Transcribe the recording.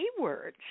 keywords